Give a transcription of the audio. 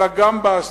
אלא גם בעשייה,